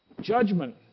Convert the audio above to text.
judgment